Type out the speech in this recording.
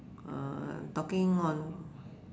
talking on